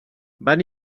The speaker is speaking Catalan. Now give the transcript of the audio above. van